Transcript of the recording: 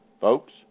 folks